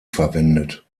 verwendet